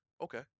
Okay